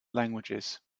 languages